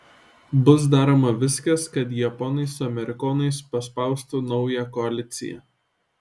bus daroma viskas kad japonai su amerikonais paspaustų naują koaliciją